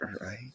right